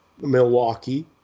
Milwaukee